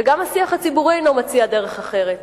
וגם השיח הציבורי אינו מציע דרך אחרת.